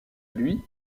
lui